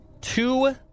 Two